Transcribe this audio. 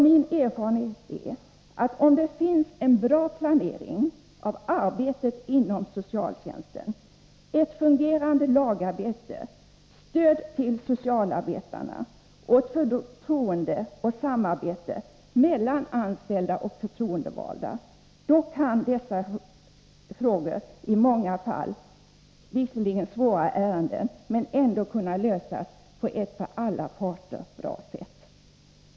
Min erfarenhet är att om det finns en bra planering av arbetet inom socialtjänsten, ett fungerande lagarbete, stöd till socialarbetarna och förtroende och samarbete mellan anställda och förtroendevalda, kan dessa i många fall svåra problem lösas på ett för alla parter bra sätt.